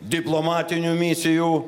diplomatinių misijų